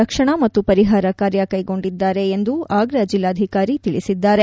ರಕ್ಷಣಾ ಮತ್ತು ಪರಿಹಾರ ಕಾರ್ಯ ಕೈಗೊಂಡಿದ್ದಾರೆ ಎಂದು ಆಗ್ರಾ ಜಿಲ್ಲಾಧಿಕಾರಿ ತಿಳಿಸಿದ್ದಾರೆ